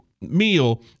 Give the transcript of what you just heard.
meal